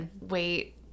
wait